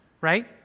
right